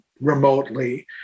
remotely